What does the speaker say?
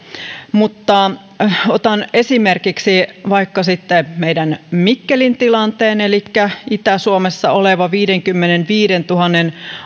otan esimerkiksi vaikka meidän mikkelin tilanteen se on itä suomessa oleva viiteenkymmeneenviiteentuhanteen